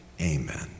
Amen